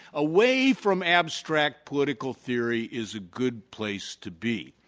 away from abstract political theory is a good place to be.